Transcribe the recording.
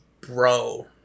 bro